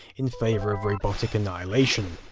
in favour of robotic annihilation.